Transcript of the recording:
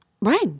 Right